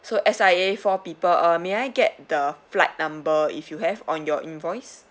so S_I_A four people uh may I get the flight number if you have on your invoice